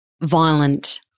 violent